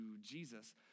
Jesus